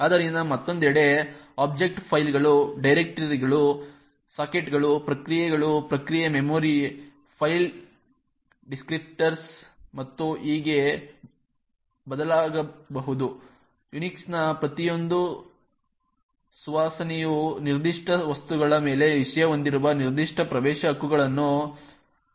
ಆದ್ದರಿಂದ ಮತ್ತೊಂದೆಡೆ ಆಬ್ಜೆಕ್ಟ್ ಫೈಲ್ಗಳು ಡೈರೆಕ್ಟರಿಗಳು ಸಾಕೆಟ್ಗಳು ಪ್ರಕ್ರಿಯೆಗಳು ಪ್ರಕ್ರಿಯೆ ಮೆಮೊರಿ ಫೈಲ್ ಡಿಸ್ಕ್ರಿಪ್ಟರ್ಗಳು ಮತ್ತು ಹೀಗೆ ಬದಲಾಗಬಹುದು ಯುನಿಕ್ಸ್ನ ಪ್ರತಿಯೊಂದು ಸುವಾಸನೆಯು ನಿರ್ದಿಷ್ಟ ವಸ್ತುಗಳ ಮೇಲೆ ವಿಷಯ ಹೊಂದಿರುವ ನಿರ್ದಿಷ್ಟ ಪ್ರವೇಶ ಹಕ್ಕುಗಳನ್ನು ವ್ಯಾಖ್ಯಾನಿಸುತ್ತದೆ